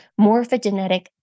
morphogenetic